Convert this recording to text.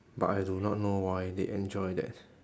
but I do not know why they enjoy that